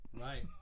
Right